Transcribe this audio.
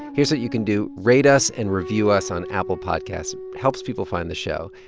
here's what you can do. rate us and review us on apple podcasts helps people find the show.